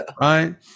right